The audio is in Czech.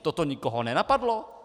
To to nikoho nenapadlo?